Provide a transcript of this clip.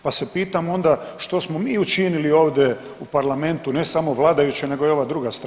Pa se pitam onda što smo mi učinili ovdje u Parlamentu ne samo vladajući, nego i ova druga strana?